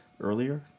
earlier